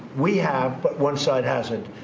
we have but one side hasn't.